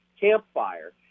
campfire